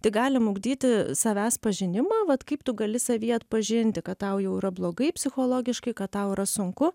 tai galim ugdyti savęs pažinimą vat kaip tu gali savy atpažinti kad tau jau yra blogai psichologiškai kad tau yra sunku